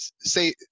say